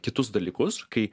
kitus dalykus kai